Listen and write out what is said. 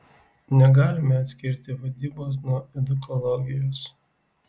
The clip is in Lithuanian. negalime atskirti vadybos nuo edukologijos